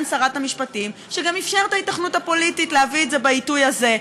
שרת המשפטים שאפשר את ההיתכנות הפוליטית להביא את זה בעיתוי הזה,